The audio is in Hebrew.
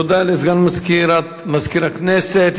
תודה לסגן מזכירת הכנסת.